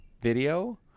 video